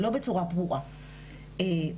זאת הייתה אחת מהן.